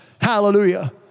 Hallelujah